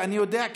ואני יודע,